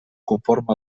conforme